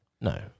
No